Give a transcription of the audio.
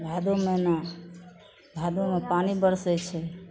भादो महीना भादोमे पानि बरसय छै